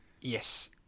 yes